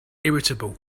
irritable